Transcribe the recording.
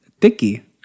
thicky